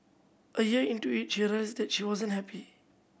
a year into it she realised that she wasn't happy